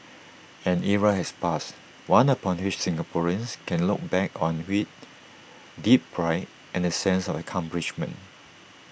an era has passed one upon which Singaporeans can look back on with deep pride and A sense of accomplishment